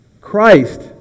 Christ